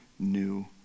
new